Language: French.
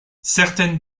certaines